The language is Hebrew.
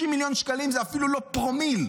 30 מיליון שקלים זה אפילו לא פרומיל.